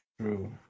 true